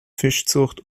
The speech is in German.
fischzucht